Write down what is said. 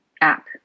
app